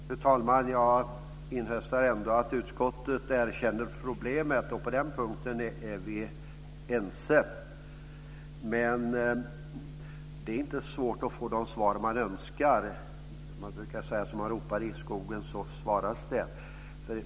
Fru talman! Jag inhöstar ändå att utskottet erkänner problemet. På den punkten är vi ense, men det är inte svårt att få de svar som man önskar. Man brukar säga att som man ropar i skogen får man svar.